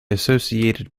associated